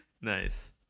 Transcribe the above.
nice